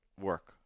work